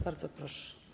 Bardzo proszę.